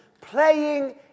Playing